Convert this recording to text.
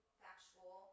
factual